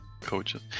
Coaches